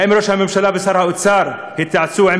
האם ראש הממשלה ושר האוצר התייעצו עם